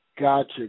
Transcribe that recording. Gotcha